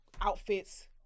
outfits